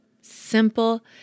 simple